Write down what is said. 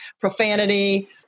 profanity